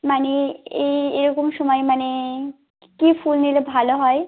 মানে এই এরকম সময় মানে কী ফুল নিলে ভালো হয়